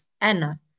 Anna